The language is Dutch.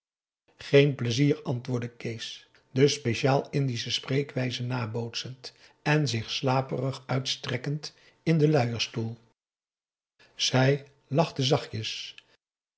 geen plezier antwoordde kees de speciaal indische spreekwijze nabootsend en zich slaperig uitstrekkend in den luierdstoel zij lachte zachtjes